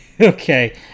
Okay